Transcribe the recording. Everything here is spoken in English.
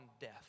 death